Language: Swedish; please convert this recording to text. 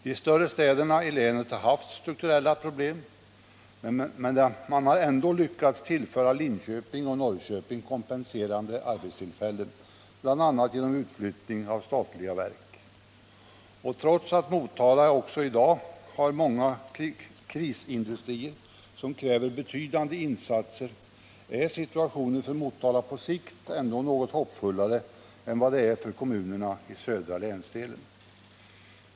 De större städerna i länet har också haft strukturella problem, men man har ändå lyckats tillföra Linköping och Norrköping kompenserande arbetstillfällen, bl.a. genom utflyttning av statliga verk. Trots att Motala också i dag har många krisindustrier som kräver betydande insatser är situationen för Motala på sikt ändå något hoppfullare än vad som gäller för kommunerna i södra länsdelen.